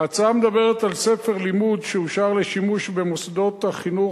ההצעה מדברת על ספר לימוד שאושר לשימוש במוסדות החינוך,